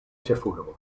ĉefurbo